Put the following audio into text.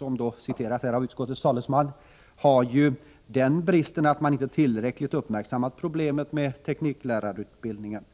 vilken här har citerats av utskottets talesman, har för övrigt den bristen att man inte tillräckligt har uppmärksammat problemet med tekniklärarutbildningen.